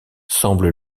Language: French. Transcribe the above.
semble